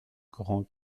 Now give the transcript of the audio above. grand